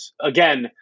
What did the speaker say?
again